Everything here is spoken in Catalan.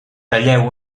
talleu